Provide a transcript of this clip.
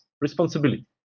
responsibility